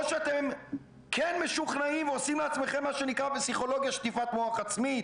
שאתם כן משוכנעים ועושים מה שנקרא בפסיכולוגיה שטיפת מוח עצמית.